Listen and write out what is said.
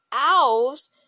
owls